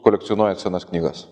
kolekcionuojat senas knygas